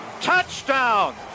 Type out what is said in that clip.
Touchdown